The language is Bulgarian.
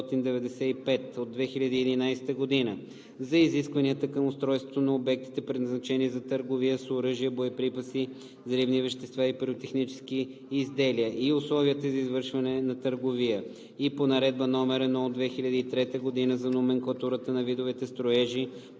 от 2011 г. за изискванията към устройството на обектите, предназначени за търговия с оръжия, боеприпаси, взривни вещества и пиротехнически изделия, и условията за извършване на търговия и по Наредба № 1 от 2003 г. за номенклатурата на видовете строежи,